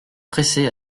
pressés